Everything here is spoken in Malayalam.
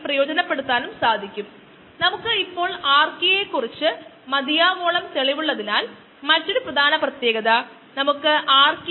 അതിൽ നമുക്ക് പരമാവധി വളർച്ചാ നിരക്കിന്റെ പകുതി ലഭിക്കുന്നു